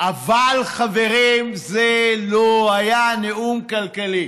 אבל חברים, זה לא היה נאום כלכלי,